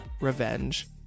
revenge